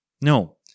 No